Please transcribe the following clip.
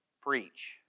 preach